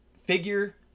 figure